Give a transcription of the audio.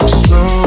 slow